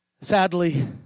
sadly